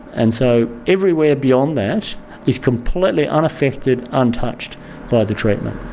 and so everywhere beyond that is completely unaffected, untouched by the treatment.